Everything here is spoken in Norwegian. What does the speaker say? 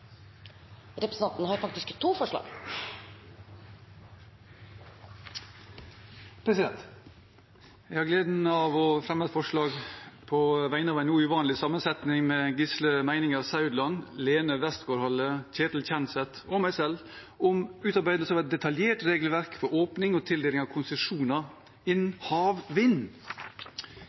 forslag på vegne av en noe uvanlig sammensetning, bestående av representantene Gisle Meininger Saudland, Lene Westgaard-Halle, Ketil Kjenseth og meg selv, om utarbeidelse av et detaljert regelverk for åpning og tildeling av konsesjoner innen havvind.